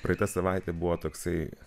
praeitą savaitę buvo toksai